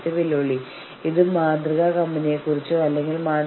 അതിനാൽ good faith വിലപേശൽ എന്ന് അതിനെ വിളിക്കുന്നു